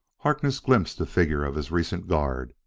harkness glimpsed the figure of his recent guard.